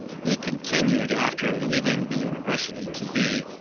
he continued, after leaving the university, to be,